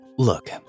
Look